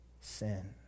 sin